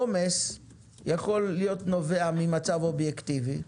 עומס יכול לנבוע ממצב אובייקטיבי,